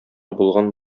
булган